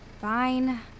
Fine